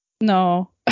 No